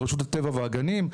לרשות הטבע והגנים,